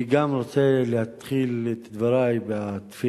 גם אני רוצה להתחיל את דברי בתפילה